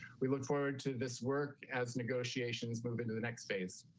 we look forward to this work as negotiations move into the next phase.